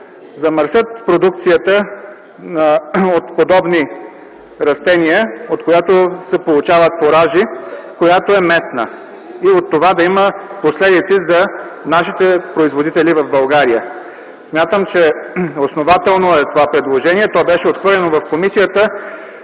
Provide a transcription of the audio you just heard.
замърсят продукцията от подобни растения, от която се получават фуражи и е месна, и от това да има последици за нашите производители в България. Смятам, че е основателно това предложение. То беше отхвърлено в комисията